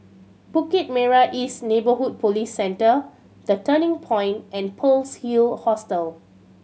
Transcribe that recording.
Bukit Merah East Neighbourhood Police Centre The Turning Point and Pearl's Hill Hostel